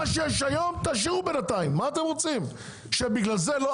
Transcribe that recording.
תשאירו בינתיים את מה שיש היום.